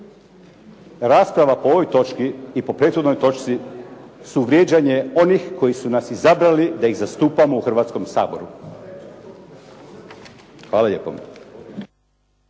Rasprava po ovoj točki i po prethodnoj točci su vrijeđanje onih koji su nas izabrali da ih zastupamo u Hrvatskom saboru. Hvala lijepo.